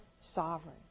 sovereign